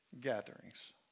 gatherings